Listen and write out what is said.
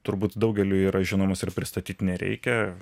turbūt daugeliui yra žinomas ir pristatyti nereikia